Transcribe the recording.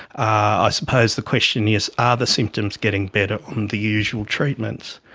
ah suppose the question is are the symptoms getting better on the usual treatments?